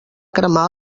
cremar